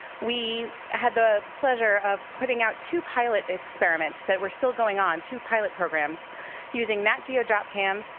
we had the pleasure of putting out two pilot experiments, that were still going on, two pilot programs using nat geo dropcams,